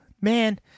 man